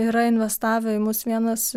yra investavę į mus vienas